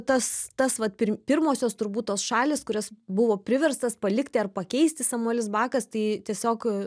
tas tas vat pir pirmosios turbūt tos šalys kurias buvo priverstas palikti ar pakeisti samuelis bakas tai tiesiog